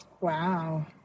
Wow